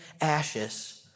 ashes